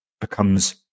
becomes